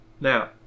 now